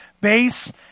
base